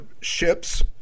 ships